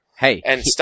Hey